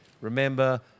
Remember